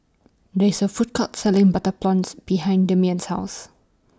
There IS A Food Court Selling Butter Prawns behind Demian's House